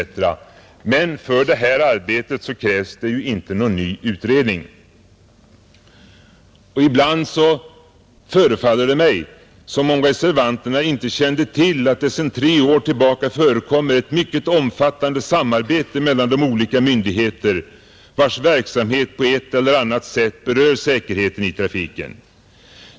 Men för detta arbete krävs det ju inte någon ny utredning. Ibland förefaller det mig som om reservanterna inte kände till att det sedan tre år tillbaka förekommer ett mycket omfattande samarbete mellan de olika myndigheter vilkas verksamhet på ett eller annat sätt berör säkerheten i trafiken.